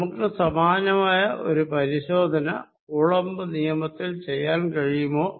നമുക്ക് സമാനമായ ഒരു പരിശോധന കൂളംബ് നിയമത്തിൽ ചെയ്യാൻ കഴിയുമോ